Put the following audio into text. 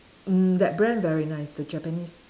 mm that brand very nice the Japanese